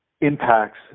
impacts